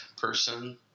person